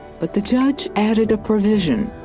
but the judge added a provision.